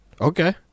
Okay